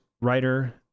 writer